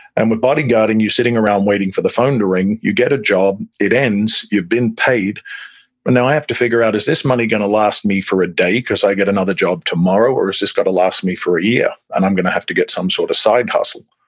and with bodyguarding, you're sitting around waiting for the phone to ring, you get a job, it ends, you've been paid, but now i have to figure out, does this money got to last me for a day because i got another job tomorrow, or does this got to last me for a year and i'm going to have to get some sort of side hustle?